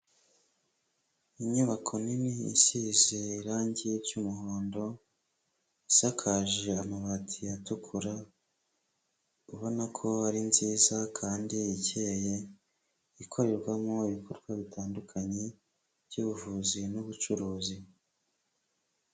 Inyubako nini isize irangi ry'umuhondo, isakaje amabati atukura, ubona ko ari nziza kandi ikeye, ikorerwamo ibikorwa bitandukanye by'ubuvuzi n'ubucuruzi.